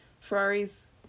Ferrari's